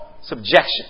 subjection